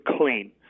clean